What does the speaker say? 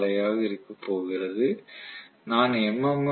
F அலையாக இருக்கப் போகிறது நான் எம்